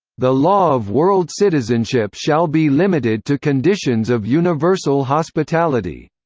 the law of world citizenship shall be limited to conditions of universal hospitality